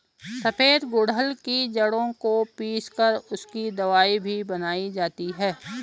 सफेद गुड़हल की जड़ों को पीस कर उसकी दवाई भी बनाई जाती है